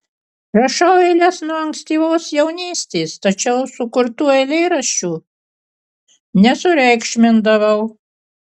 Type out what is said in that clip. rašau eiles nuo ankstyvos jaunystės tačiau sukurtų eilėraščių nesureikšmindavau